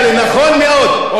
עוד דקה, בבקשה.